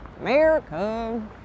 America